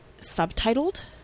subtitled